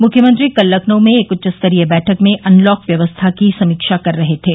मुख्यमंत्री कल लखनऊ में एक उच्चस्तरीय बैठक में अनलॉक व्यवस्था की समीक्षा कर रहे थे